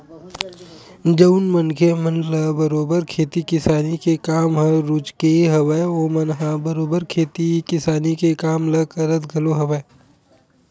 जउन मनखे मन ल बरोबर खेती किसानी के काम ह रुचगे हवय ओमन ह बरोबर खेती किसानी के काम ल करत घलो हवय